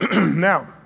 Now